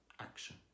action